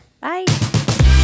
Bye